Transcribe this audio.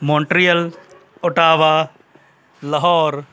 Montreal Ottawa Lahore